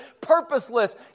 purposeless